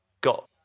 got